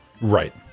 Right